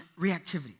reactivity